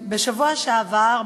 בשבוע שעבר,